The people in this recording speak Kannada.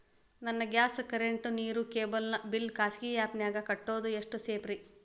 ನನ್ನ ಗ್ಯಾಸ್ ಕರೆಂಟ್, ನೇರು, ಕೇಬಲ್ ನ ಬಿಲ್ ಖಾಸಗಿ ಆ್ಯಪ್ ನ್ಯಾಗ್ ಕಟ್ಟೋದು ಎಷ್ಟು ಸೇಫ್ರಿ?